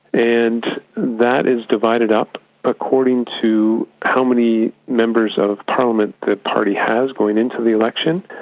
and that is divided up according to how many members of parliament the party has going into the election,